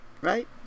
right